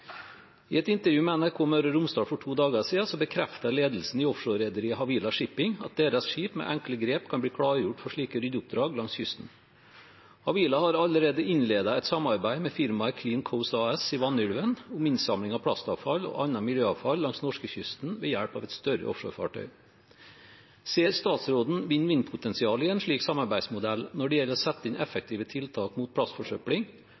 I et intervju med NRK Møre og Romsdal for to dager siden bekreftet ledelsen i offshorerederiet Havila Shipping at deres skip med enkle grep kan bli klargjort for slike ryddeoppdrag langs kysten. Havila har allerede innledet et samarbeid med firmaet Clean Coast AS i Vanylven om innsamling av plastavfall og annet miljøavfall langs norskekysten ved hjelp av et større offshorefartøy. Ser statsråden vinn-vinn-potensialet i en slik samarbeidsmodell når det gjelder å sette inn effektive tiltak mot plastforsøpling